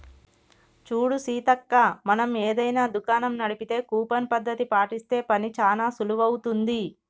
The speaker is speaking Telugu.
చూడు సీతక్క మనం ఏదైనా దుకాణం నడిపితే కూపన్ పద్ధతి పాటిస్తే పని చానా సులువవుతుంది